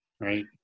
right